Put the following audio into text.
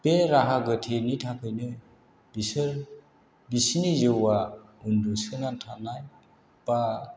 बे राहा गोथेनि थाखायनो बिसोर बिसिनि जिउआ उन्दुसोनानै थानाय एबा